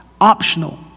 Optional